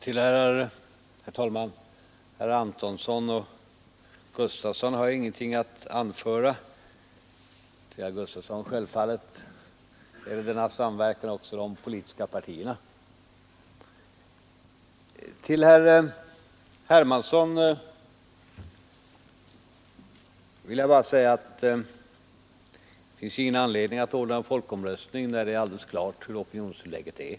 Herr talman! Till herr Antonsson har jag ingenting att anföra, och till herr Gustafson i Göteborg vill jag säga att självfallet gäller denna samverkan även de politiska partierna. Till herr Hermansson vill jag bara säga att det inte finns någon anledning att anordna en folkomröstning när det är alldeles klart hur opinionsläget är.